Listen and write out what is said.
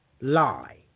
lie